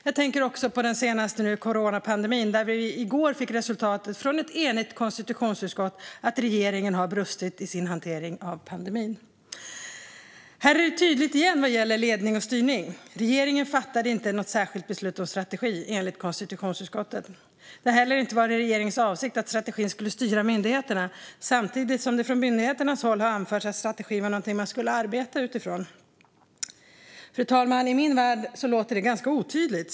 Jag tänker också på coronapandemin. I går fick vi resultatet från ett enigt konstitutionsutskott att regeringen har brustit i sin hantering av pandemin. Här är det igen tydligt vad gäller ledning och styrning: Regeringen fattade inte något särskilt beslut om strategi, enligt konstitutionsutskottet. Det har inte heller varit regeringens avsikt att strategin skulle styra myndigheterna, samtidigt som det från myndigheternas håll har anförts att strategi var något man skulle arbeta utifrån. Fru talman! I min värld låter detta otydligt.